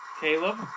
Caleb